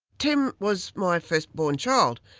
tim was my first born child,